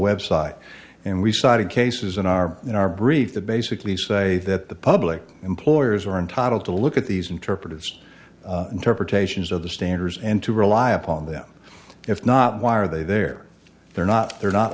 website and we cited cases in our in our brief that basically say that the public employers are entitled to look at these interpretive interpretations of the standards and to rely upon them if not why are they there they're not they're not